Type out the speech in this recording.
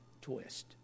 twist